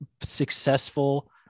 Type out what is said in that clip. successful